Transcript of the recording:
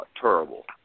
Terrible